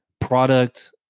product